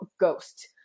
ghost